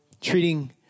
Treating